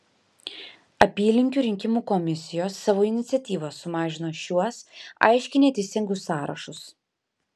apylinkių rinkimų komisijos savo iniciatyva sumažino šiuos aiškiai neteisingus sąrašus